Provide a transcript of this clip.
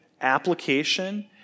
application